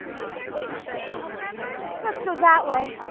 the staircases change, remember? let's go that way.